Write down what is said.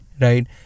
right